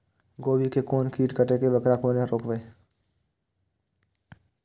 गोभी के कोन कीट कटे छे वकरा केना रोकबे?